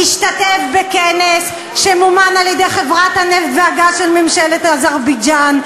השתתף בכנס שמומן על-ידי חברת הנפט והגז של ממשלת אזרבייג'ן,